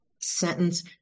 sentence